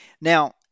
Now